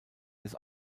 des